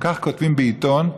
כך כותבים בעיתון.